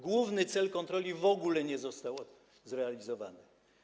Główny cel kontroli w ogóle nie został zrealizowany.